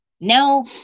now